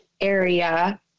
area